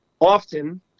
often